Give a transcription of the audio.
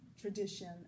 tradition